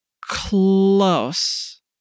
close